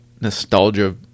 nostalgia